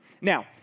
Now